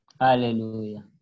Hallelujah